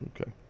Okay